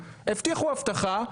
הבטיחו הבטחה,